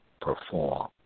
perform